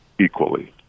equally